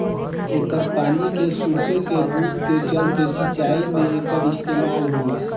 एकर पानी के सोखे के गुण के चलते सिंचाई में एकर इस्तमाल होला